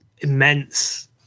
immense